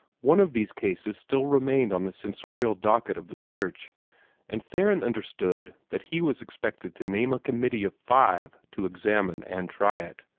one of these cases still remained on the censorial docket of the church and theron understood that he was expected to name a committee of five to examine and try it.